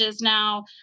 now